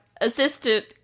assistant